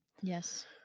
yes